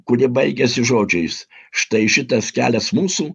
kuri baigiasi žodžiais štai šitas kelias mūsų